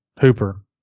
Hooper